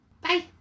Bye